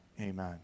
Amen